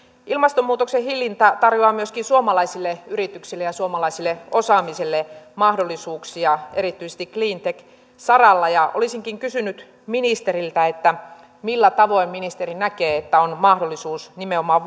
ilmastonmuutoksen hillintä tarjoaa myöskin suomalaisille yrityksille ja suomalaiselle osaamiselle mahdollisuuksia erityisesti cleantech saralla olisinkin kysynyt ministeriltä millä tavoin ministeri näkee että on mahdollisuus nimenomaan